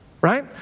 Right